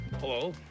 Hello